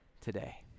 today